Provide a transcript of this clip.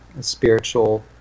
spiritual